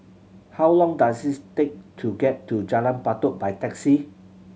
how long does it take to get to Jalan Batu by taxi